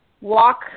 walk